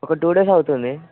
ఒక two days అవుతుంది